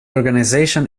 organization